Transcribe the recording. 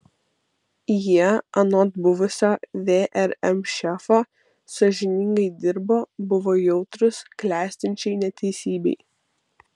jie anot buvusio vrm šefo sąžiningai dirbo buvo jautrūs klestinčiai neteisybei